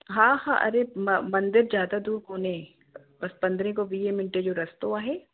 हा हा अरे म मंदिर ज्यादा दूर कोन्हे बसि पंद्रहें खां वीहें मिन्टे जो रस्तो आहे